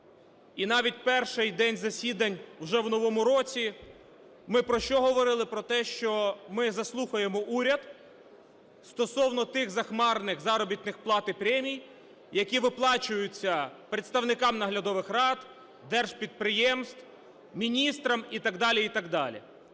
і навіть перший день засідань вже в новому році ми про що говорили? Про те, що ми заслухаємо уряд стосовно тих захмарних заробітних плат і премій, які виплачуються представникам наглядових рад держпідприємств, міністрам і так далі,